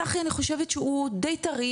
צחי אני חושבת שהוא די טרי,